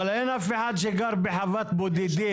אבל אין אף אחד שגר בחוות בודדים.